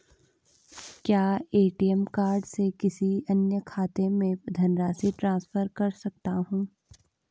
क्या ATM card से किसी अन्य खाते में धनराशि ट्रांसफर कर सकता हूँ?